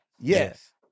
Yes